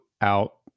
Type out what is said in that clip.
out